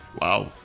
Wow